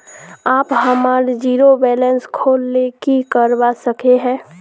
आप हमार zero balance खोल ले की करवा सके है?